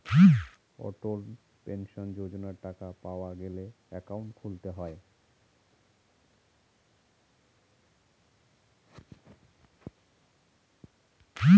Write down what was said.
অটল pension যোজনার টাকা পাওয়া গেলে একাউন্ট খুলতে হয়